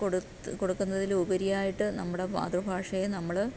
കൊടുത്ത് കൊടുക്കുന്നതിൽ ഉപരിയായിട്ട് നമ്മുടെ മാതൃഭാഷയെ നമ്മൾ